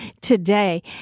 today